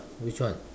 which one